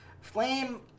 Flame